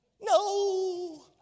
No